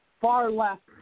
far-left